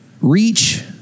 reach